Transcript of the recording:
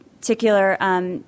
particular